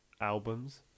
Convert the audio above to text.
albums